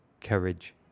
Courage